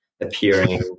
appearing